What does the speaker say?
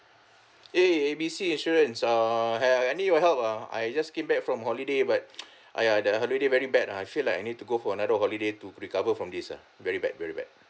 eh A B C insurance err ha I need your help ah I just came back from holiday but !aiya! the holiday very bad ah I feel like I need to go for another holiday to recover from this ah very bad very bad